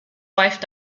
wife